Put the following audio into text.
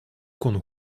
kon